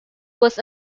was